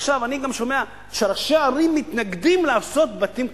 עכשיו אני גם שומע שראשי ערים מתנגדים לבניית דירות